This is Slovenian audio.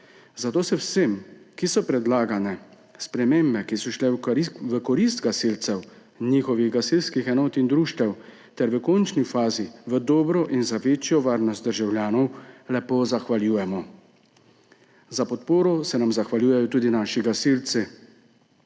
Zato se vsem, ki so predlagane spremembe, ki so šle v korist gasilcev in njihovih gasilskih enot in društev ter v končni fazi v dobro in za večjo varnost državljanov, lepo zahvaljujemo. Za podporo se nam zahvaljujejo tudi naši gasilci.